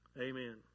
amen